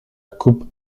coupe